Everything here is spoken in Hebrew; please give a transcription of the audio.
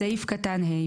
בסעיף קטן (ה),